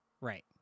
Right